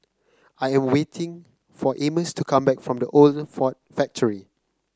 I am waiting for Amos to come back from The Old Ford Factory